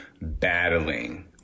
battling